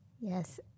Yes